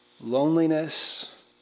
Loneliness